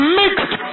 mixed